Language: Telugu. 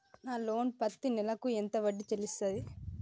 నా లోను పత్తి నెల కు ఎంత వడ్డీ చెల్లించాలి?